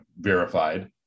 verified